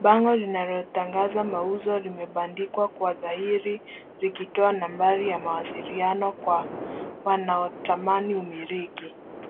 Bango linalotangaza mauzo limebandikwa kwa dhahiri likitoa nambari ya mawasiliano kwa wanaotamani umiliki.